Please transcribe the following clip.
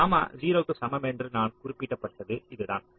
gamma 0 க்கு சமம் என்று நான் குறிப்பிட்டது இதுதான்